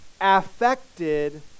affected